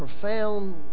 profound